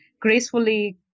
gracefully